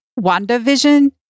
WandaVision